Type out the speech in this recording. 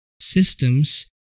systems